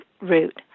route